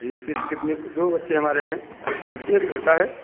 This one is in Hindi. जी किश्त कितनी दो बच्चे हमारे हैं एक लड़की एक लड़का है